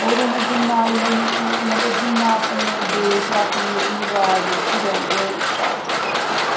होर उ'नें जि'न्ना मतलब जि'न्ना अपने देश अपनी जेह्ड़ी मेवाड़ बिच रौहंदे हे गुजरात च उद्धर